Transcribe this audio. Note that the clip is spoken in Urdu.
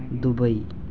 دبئی